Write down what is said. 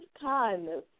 kindness